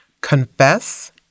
confess